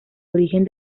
origen